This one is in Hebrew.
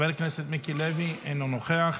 חבר הכנסת מיקי לוי, אינו נוכח,